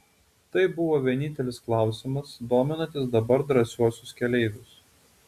tai buvo vienintelis klausimas dominantis dabar drąsiuosius keleivius